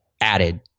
added